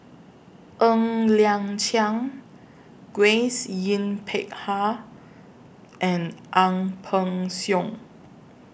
Ng Liang Chiang Grace Yin Peck Ha and Ang Peng Siong